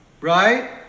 right